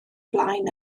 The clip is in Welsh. flaen